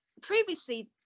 previously